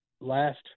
last